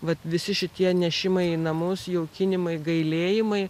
vat visi šitie nešimai į namus jaukinimai gailėjimai